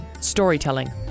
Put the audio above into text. Storytelling